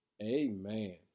amen